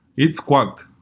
it squawked,